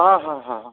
ହଁ ହଁ ହଁ ହଁ